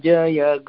Jaya